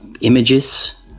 images